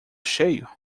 cheio